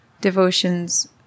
devotions